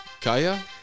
Kaya